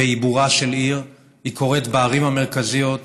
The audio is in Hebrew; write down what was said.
בעיבורה של עיר, היא קורית בערים המרכזיות.